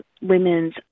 Women's